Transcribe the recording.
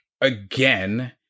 again